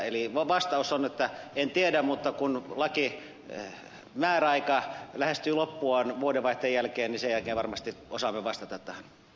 eli vastaus on että en tiedä mutta kun määräaika lähestyy loppuaan vuodenvaihteen jälkeen niin sen jälkeen varmasti osaamme vastata tähän